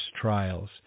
Trials